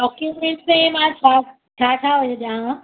documents में मां छा छा छा ॾियांव